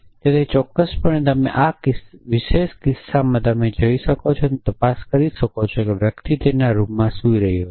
તેથી ચોક્કસપણે તમે આ વિશેષ કિસ્સામાં તમે જઈ શકો છો અને તપાસ કરી શકો છો કે વ્યક્તિ તેના રૂમમાં સૂઈ રહ્યો છે